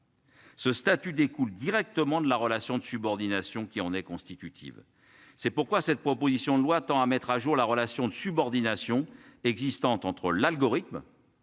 Ce statut découle directement de la relation de subordination qui en est constitutive, c'est pourquoi cette proposition de loi tend à mettre à jour la relation de subordination existante entre l'algorithme.